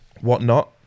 whatnot